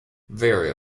very